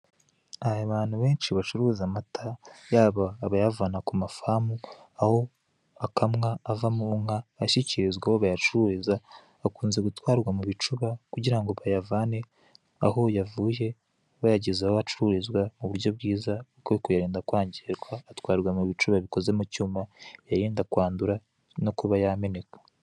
Abantu benshi bacuruza amata, yaba abayavana ku mafamu, aho akamwa ava mu inka, ashyikirizwa aho bayacuririza, akunze gutwarwa mubicuba kugira ngo bayavane aho yavuye bayageza aho acururizwa, m'uburyo bwiza bwo kuyarinda kwangirika, atwarwa mubicuba bikozwe mu icyuma biyarinda kwandura no kuba yameneka.